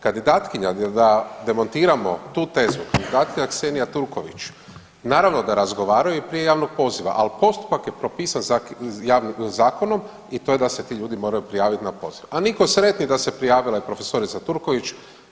Kandidatkinja, da demantiramo tu tezu, kandidatkinja Ksenija Turković naravno da razgovaraju i prije javnog poziva, ali postupak je propisan zakonom i to je da se ti ljudi moraju prijaviti na poziv, a niko sretniji da se prijavila i prof. Turković.